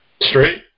Straight